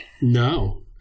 No